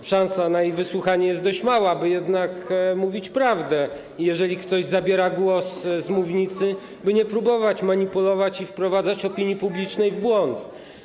że szansa na jej wysłuchanie jest dość mała - aby jednak mówić prawdę, jeżeli ktoś zabiera głos z mównicy, aby nie próbować manipulować i wprowadzać opinii publicznej w błąd.